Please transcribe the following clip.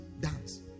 dance